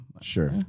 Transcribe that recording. sure